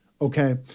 Okay